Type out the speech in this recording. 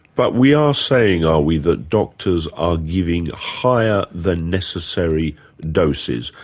but we are saying, are we, that doctors are giving higher than necessary doses.